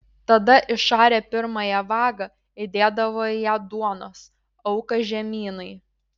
tada išarę pirmąją vagą įdėdavo į ją duonos auką žemynai